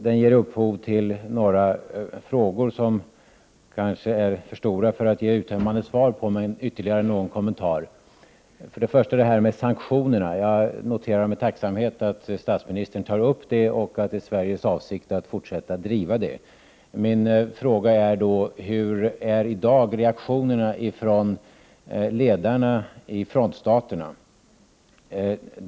Den ger upphov till några frågor som kanske är för stora att ge uttömmande svar på, men ytterligare någon kommentar kanske vi kan få. Först vill jag ta upp detta med sanktionerna. Jag noterar med tacksamhet att statsministern tar upp det och att det är Sveriges avsikt att fortsätta driva frågan. Hurdana är i dag reaktionerna från ledarna i frontstaterna?